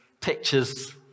pictures